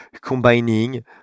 combining